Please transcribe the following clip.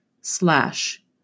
slash